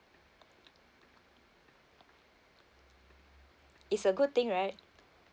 it's a good thing right